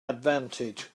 advantage